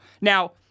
Now